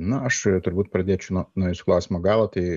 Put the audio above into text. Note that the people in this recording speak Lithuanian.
na aš turbūt pradėčiau nuo nuo jūsų klausimo galo tai